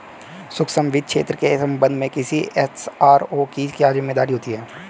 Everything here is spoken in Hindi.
सूक्ष्म वित्त क्षेत्र के संबंध में किसी एस.आर.ओ की क्या जिम्मेदारी होती है?